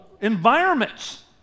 environments